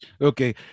Okay